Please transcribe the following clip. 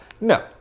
No